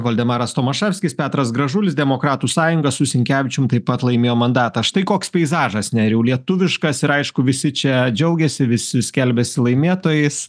valdemaras tomaševskis petras gražulis demokratų sąjunga su sinkevičium taip pat laimėjo mandatą štai koks peizažas nerijau lietuviškas ir aišku visi čia džiaugiasi visi skelbiasi laimėtojais